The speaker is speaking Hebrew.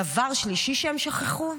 דבר שלישי שהם שכחו,